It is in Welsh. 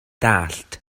dallt